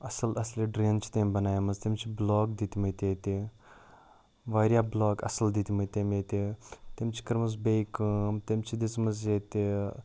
اَصٕل اَصلہِ ڈرٛینہٕ چھِ تٔمۍ بَنایمَژٕ تٔمۍ چھِ بٕلاک دِتۍ مٕتۍ ییٚتہِ واریاہ بٕلاک اَصٕل دِتۍ مٕتۍ تٔمۍ ییٚتہِ تٔمۍ چھِ کٔرمٕژ بیٚیہِ کٲم تٔمۍ چھِ دِژمَژٕ ییٚتہِ